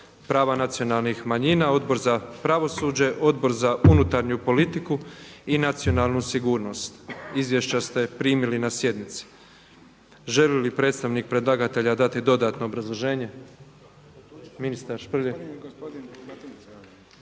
prava nacionalnih manjina, Odbor za pravosuđe, Odbor za unutarnju politiku i nacionalnu sigurnost. Izvješća ste primili na sjednici. Želi li predstavnik predlagatelja dati dodatno obrazloženje?